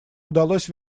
удалось